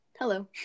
hello